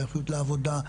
והמחויבות לעבודה,